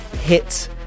hit